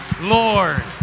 Lord